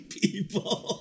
people